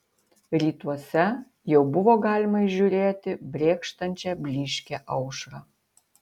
rytuose jau buvo galima įžiūrėti brėkštančią blyškią aušrą